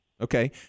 Okay